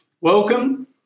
welcome